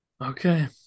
Okay